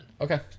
Okay